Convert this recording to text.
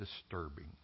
disturbing